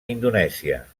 indonèsia